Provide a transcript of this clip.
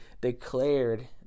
declared